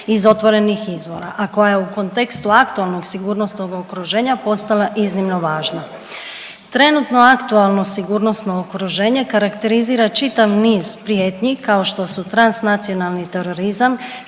iz otvorenih izvora, a koja je u kontekstu aktualnog sigurnosnog okruženja postala iznimno važna. Trenutno aktualno sigurnosno okruženje karakterizira čitav niz prijetnji, kao što su transnacionalni terorizam,